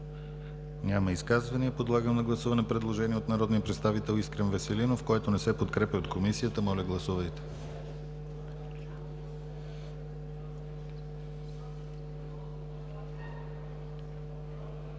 Няма изказвания. Подлагам на гласуване предложение от народния представител Искрен Веселинов, което не се подкрепя от Комисията. Моля, гласувайте.